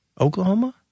oklahoma